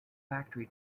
factory